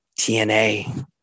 TNA